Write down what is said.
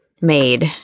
made